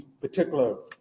particular